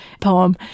poem